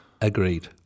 Agreed